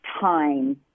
time